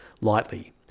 lightly